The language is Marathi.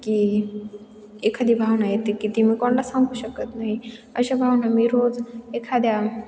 की एखादी भावना येते की ती मी कोणाला सांगू शकत नाही अशा भावना मी रोज एखाद्या